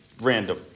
random